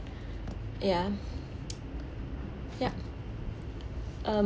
ya yup um